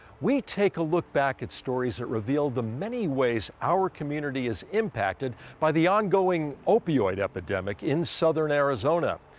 we take a look back at stories that reveal the many ways our community is impacted by the ongoing opioid epidemic in southern arizona.